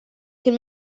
can